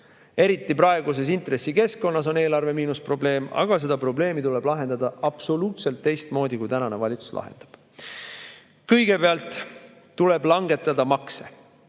Eriti praeguses intressikeskkonnas on eelarve miinus probleem, aga seda probleemi tuleb lahendada absoluutselt teistmoodi, kui tänane valitsus seda lahendab. Kõigepealt tuleb langetada makse.